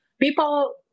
People